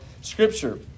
Scripture